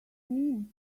mean